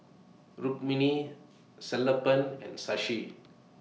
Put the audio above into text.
Rukmini Sellapan and Sashi